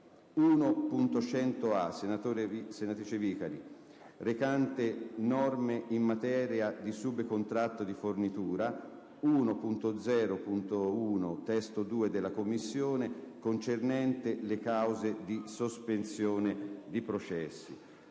1.100a, della senatrice Vicari, recante norme in materia di subcontratto di fornitura; 1.0.1 (testo 2), della Commissione, concernente cause di sospensione di processi.